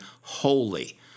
holy